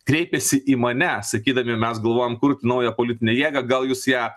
kreipėsi į mane sakydami mes galvojam kurt naują politinę jėgą gal jūs ją